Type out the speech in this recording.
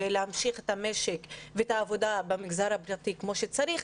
ולהמשיך את המשק ואת העבודה במגזר הפרטי כמו שצריך,